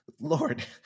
lord